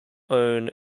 own